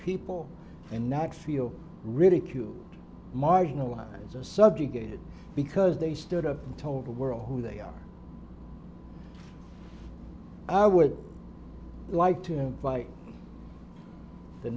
people and not feel ridiculed marginalized subjugated because they stood up and told the world who they are i would like to invite the